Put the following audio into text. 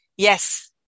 Yes